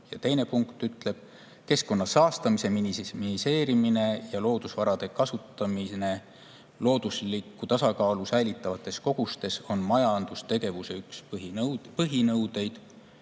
Ja [kolmas] punkt ütleb: "[Loodus]keskkonna saastamise minimeerimine ja loodusvarade kasutamine loodusliku tasakaalu säilitavates kogustes on majandustegevuse põhinõuded."